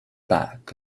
back